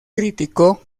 criticó